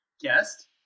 guest